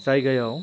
जायगायाव